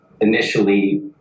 initially